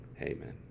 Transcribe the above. Amen